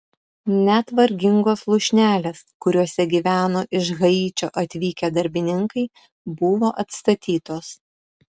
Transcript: net vargingos lūšnelės kuriose gyveno iš haičio atvykę darbininkai buvo atstatytos